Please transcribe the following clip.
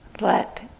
let